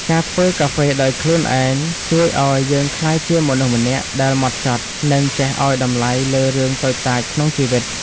ការធ្វើកាហ្វេដោយខ្លួនឯងជួយឱ្យយើងក្លាយជាមនុស្សម្នាក់ដែលហ្មត់ចត់ និងចេះឱ្យតម្លៃលើរឿងតូចតាចក្នុងជីវិត។